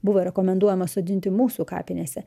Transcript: buvo rekomenduojama sodinti mūsų kapinėse